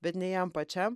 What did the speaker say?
bet nei jam pačiam